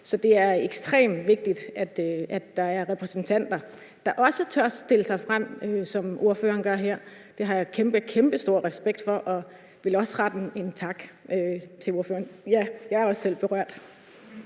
Så det er ekstremt vigtigt, at der er repræsentanter, der også tør stille sig frem, som ordføreren gør her. Det har jeg kæmpekæmpestor respekt for, og jeg ville også rette en tak til ordføreren – ja, jeg er også selv berørt.